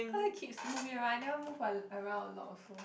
cause a kids moving around I never move a around a lot also